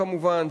כמובן,